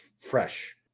fresh